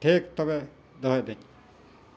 ᱴᱷᱤᱠ ᱛᱚᱵᱮ ᱫᱚᱦᱚᱭᱮᱫᱟᱹᱧ